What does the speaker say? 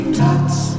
tots